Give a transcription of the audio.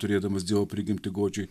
turėdamas dievo prigimtį godžiai